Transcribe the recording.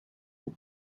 aux